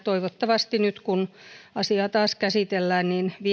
toivottavasti nyt kun asiaa taas käsitellään